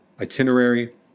itinerary